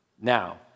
Now